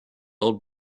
old